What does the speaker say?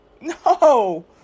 no